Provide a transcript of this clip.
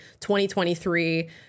2023